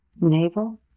navel